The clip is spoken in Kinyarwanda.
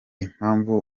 impamvu